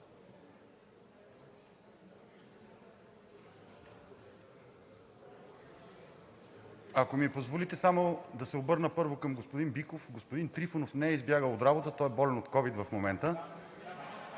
Ако ми позволите само да се обърна първо към господин Биков – господин Трифонов не е избягал от работа – той е болен от ковид в момента.